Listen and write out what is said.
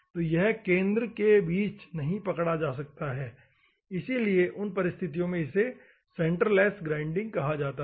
तो यह केंद्र के बीच नहीं पकड़ा जा सकता है इसलिए उन परिस्थितियों में इसे सेंटरलेस ग्राइंडिंग कहा जाता है